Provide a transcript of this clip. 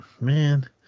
Man